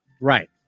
Right